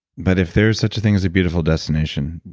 but if there is such a thing as a beautiful destination,